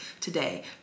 today